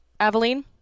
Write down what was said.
Aveline